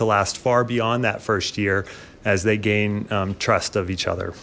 to last far beyond that first year as they gain trust of each other